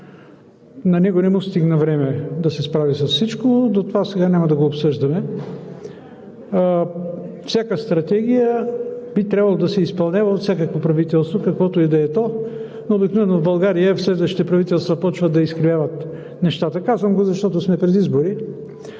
На него не му стигна време да се справи с всичко, но това сега няма да го обсъждаме. Всяка стратегия би трябвало да се изпълнява от всякакво правителства, каквото и да е то, но обикновено в България следващите правителства почват да изкривяват нещата. Казвам го, защото сме пред избори.